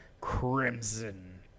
Crimson